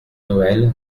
noël